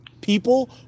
people